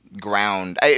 ground